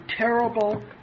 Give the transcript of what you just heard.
terrible